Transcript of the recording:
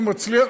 הוא מצליח.